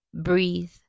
breathe